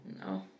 no